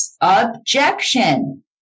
Objection